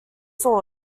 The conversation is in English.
swords